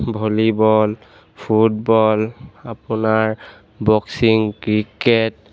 volleyball football আপোনাৰ boxing cricket